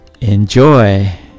enjoy